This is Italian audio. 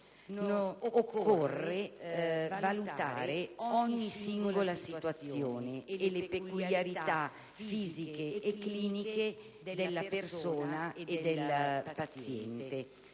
occorre valutare ogni singola situazione e le peculiarità fisiche e cliniche della persona e del paziente.